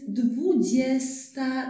dwudziesta